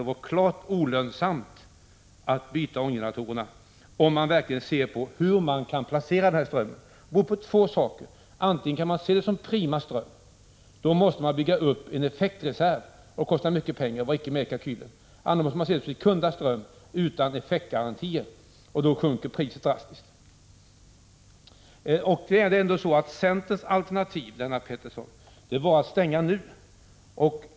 Det var klart olönsamt att byta ånggeneratorerna, om man verkligen tar hänsyn till hur man kan avyttra den här strömmen. Det beror på två saker: antingen kan man se det som prima ström, och då måste man bygga upp en effektreserv som kostar mycket pengar men icke fanns med i kalkylen, eller också får man se det som sekunda ström utan effektgarantier, och då sjunker priset drastiskt. Centerns alternativ, Lennart Pettersson, var att man skulle stänga nu.